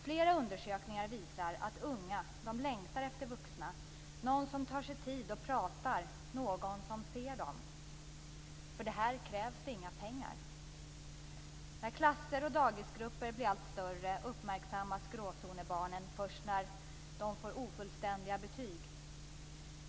Flera undersökningar visar att unga längtar efter vuxna, efter någon som tar sig tid att prata, någon som ser dem. För detta krävs inga pengar. När klasser och dagisgrupper blir allt större uppmärksammas gråzonsbarnen först när de får ofullständiga betyg.